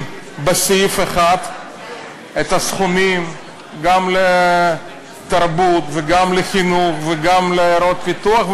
בסעיף אחד סכומים גם לתרבות וגם לחינוך וגם לעיירות פיתוח,